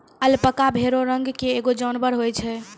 alpaca भेड़ो रंग के एगो जानबर होय छै